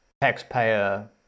taxpayer